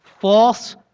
false